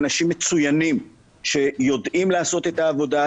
אנשים מצוינים שיודעים לעשות את העבודה,